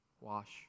wash